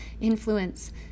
influence